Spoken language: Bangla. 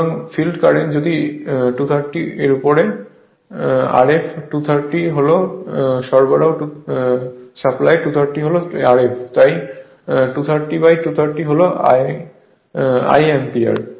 সুতরাং ফিল্ড কারেন্ট যদি 230 এর উপর Rf 230 হল সরবরাহ 230 হল Rf তাই 230 230 হল 1 অ্যাম্পিয়ার